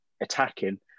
attacking